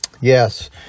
Yes